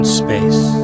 space